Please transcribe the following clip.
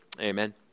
Amen